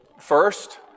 first